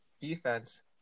defense